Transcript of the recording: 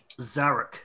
Zarek